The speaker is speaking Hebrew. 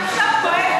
זו המפלגה שלך,